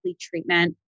treatment